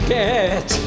get